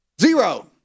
zero